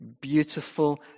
beautiful